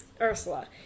Ursula